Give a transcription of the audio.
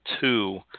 two